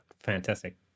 Fantastic